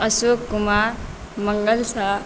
Ashok Kumar Mangal Sao